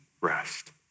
rest